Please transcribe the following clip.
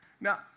Now